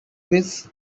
quiz